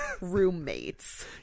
roommates